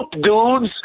dudes